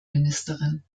ministerin